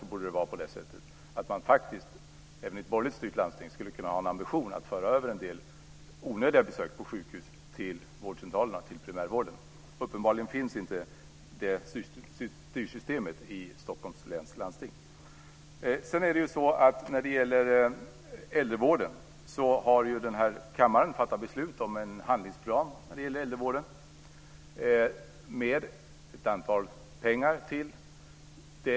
Då borde det vara på det sättet att man faktiskt även i ett borgerligt styrt landsting skulle kunna ha en ambition att föra över en del onödiga besök på sjukhus till vårdcentralerna, till primärvården. Uppenbarligen finns inte det styrsystemet i Stockholms läns landsting. När det gäller äldrevården är det ju så att den här kammaren har fattat beslut om en handlingsplan. Det finns en summa pengar till det.